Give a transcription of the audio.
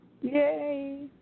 Yay